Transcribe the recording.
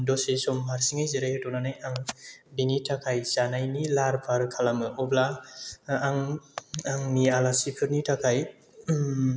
दसे सम हारसिङै जिरायहोथ'नानै आं बिनि थाखाय जानायनि लाहार फाहार खालामो अब्ला आं आंनि आलासिफोरनि थाखाय